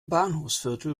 bahnhofsviertel